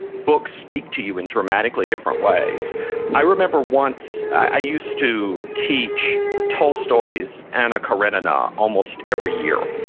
books speak to you in dramatically different ways i remember once i used to teach ah tolstoy's anna karenina almost every year.